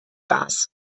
gas